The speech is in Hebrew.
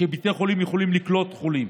כדי שבתי החולים יוכלו לקלוט חולים.